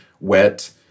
wet